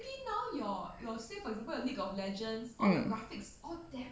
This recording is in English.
um